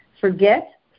Forget